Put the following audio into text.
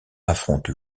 affronte